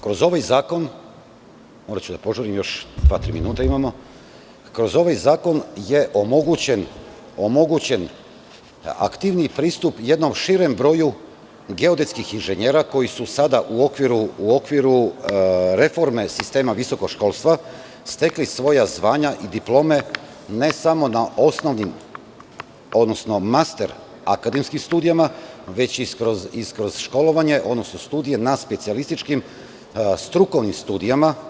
Kroz ovaj zakon, moraću da požurim još dva tri minuta imamo, kroz ovaj zakon je omogućen aktivniji pristup jednom širem broju geodetskih inženjera koji su sada u okviru reforme sistema visokoškolstva stekli svoja znanja i diplome, ne samo na osnovnim, odnosno master akademskim studijama, već i kroz školovanje, odnosno studije na specijalističkim strukovnim studijama.